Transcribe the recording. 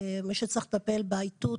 מי שצריך לטפל באיתות,